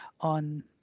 on